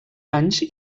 anys